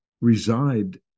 reside